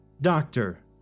Doctor